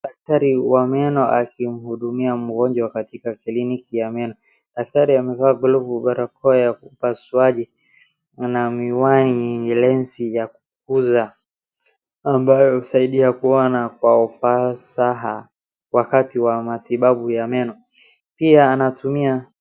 Daktari wa meno akimhudumia mgonjwa katika kliniki ya meno. Daktari amevaa glovu, barakoa ya upasuaji na miwani yenye lensi ya kukuza ambayo husaidia kuona kwa ufasaha wakati wa matibabu ya meno. Pia anatumia.